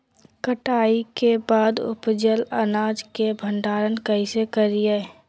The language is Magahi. कटाई के बाद उपजल अनाज के भंडारण कइसे करियई?